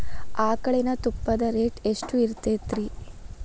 ಆಕಳಿನ ತುಪ್ಪದ ರೇಟ್ ಎಷ್ಟು ಇರತೇತಿ ರಿ?